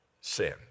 sin